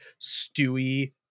Stewie